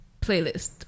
Playlist